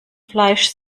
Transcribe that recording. fleisch